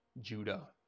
Judah